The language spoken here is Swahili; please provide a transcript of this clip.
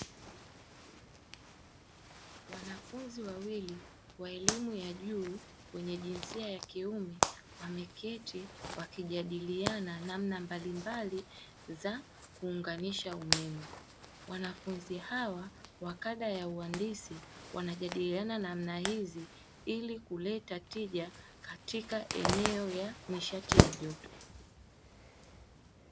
Wanafunzi wawili wa elimu ya juu wenye jinsia ya kiume wameketi wakijadiliana namna mbalimbali za kuunganisha umeme, wanafunzi hawa wa kada ya uhandisi wanajadiliana namna hizi, ili kuleta tija katika eneo ya nishati ya joto.